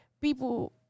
people